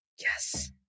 yes